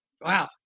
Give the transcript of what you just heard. Wow